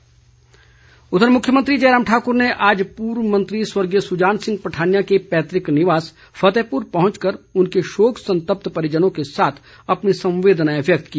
जयराम संवेदना मुख्यमंत्री जयराम ठाकुर ने आज पूर्व मंत्री स्वर्गीय सुजान सिंह पठानिया के पैतृक निवास फतेहपुर पहुंच कर उनके शोक संतप्त परिजनों के साथ अपनी संवेदनाएं व्यक्त की